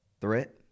threat